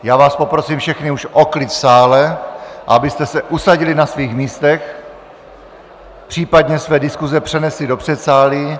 Já vás poprosím všechny už o klid v sále, a abyste se usadili na svých místech, případně své diskuze přenesli do předsálí.